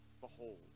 behold